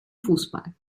fußball